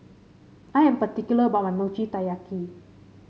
I am particular about my Mochi Taiyaki